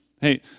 Hey